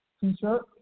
T-shirt